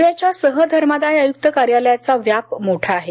प्ण्याच्या सह धर्मादाय आयुक्त कार्यालयाचा व्याप मोठा आहे